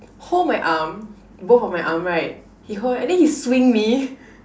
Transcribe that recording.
hold my arm both of my arm right he hold and then he swing me